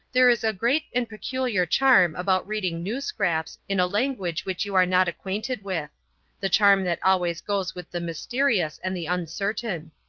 there is a great and peculiar charm about reading news-scraps in a language which you are not acquainted with the charm that always goes with the mysterious and the uncertain.